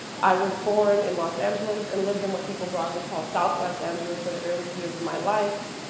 i was born in los angeles and lived in what people broadly call south los angeles for the early years of my life.